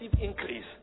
increase